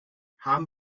haben